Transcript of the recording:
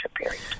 period